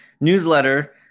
Newsletter